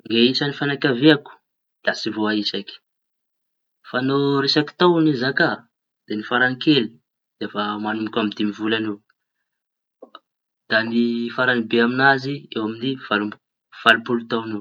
Ny isañy fiañakaviako da tsy voaïsaky. Fa no resaky tao no zaka da ny farañy kely da mañomboka amy dimy volaña eo. Da ny farañy be amiñazy eo amiñy valo amby valo-polo tao eo ho eo.